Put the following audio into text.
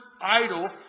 idol